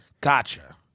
gotcha